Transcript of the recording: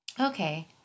okay